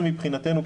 אנחנו מבחינתנו,